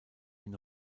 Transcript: den